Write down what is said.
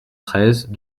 treize